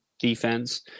defense